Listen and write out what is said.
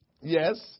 Yes